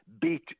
beat